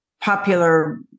popular